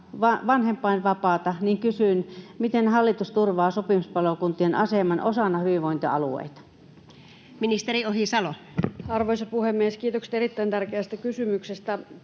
vanhempainvapaata, kysyn: miten hallitus turvaa sopimuspalokuntien aseman osana hyvinvointialueita? Ministeri Ohisalo. Arvoisa puhemies! Kiitokset erittäin tärkeästä kysymyksestä.